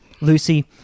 Lucy